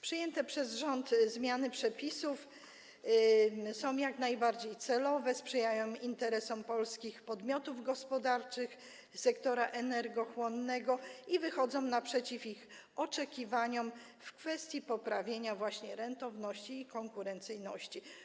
Przyjęte przez rząd zmiany przepisów są jak najbardziej celowe, sprzyjają interesom polskich podmiotów gospodarczych sektora energochłonnego i wychodzą naprzeciw ich oczekiwaniom w kwestii poprawienia właśnie rentowności i konkurencyjności.